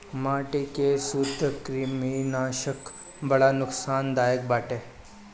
माटी के सूत्रकृमिनाशक बड़ा नुकसानदायक बाटे